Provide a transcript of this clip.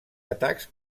atacs